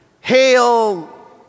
Hail